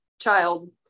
child